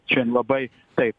čia labai taip